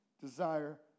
desire